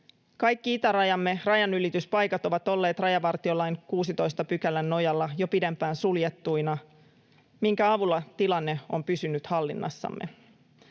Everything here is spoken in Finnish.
Kaikki itärajamme rajanylityspaikat ovat olleet rajavartiolain 16 §:n nojalla jo pidempään suljettuina, minkä avulla tilanne on pysynyt hallinnassamme.